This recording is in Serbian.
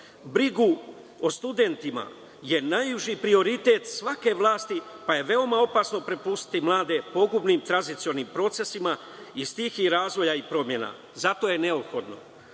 o studentima je najuži prioritet svake vlasti, pa je veoma opasno prepustiti mlade pogubnim tranzicionim procesima, razvoja i promena. Zato je neophodno